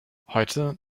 heute